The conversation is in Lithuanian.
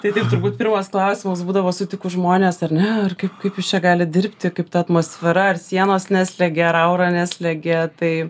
tai taip turbūt pirmas klausimas būdavo sutikus žmones ar ne kaip jūs čia galit dirbti kaip ta atmosfera ar sienos neslegia ar aura neslegia tai